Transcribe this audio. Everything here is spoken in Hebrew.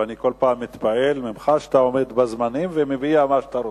ואני כל פעם מתפעל ממך שאתה עומד בזמנים ומביע מה שאתה רוצה.